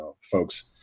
folks